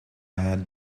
had